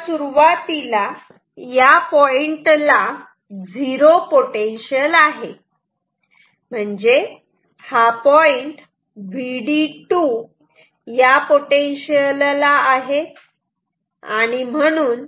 आणि आता सुरुवातीला या पॉइंटला झिरो पोटेन्शिअल आहे म्हणजे हा पॉईंट Vd2 या पोटेन्शियल ला आहे आणि म्हणून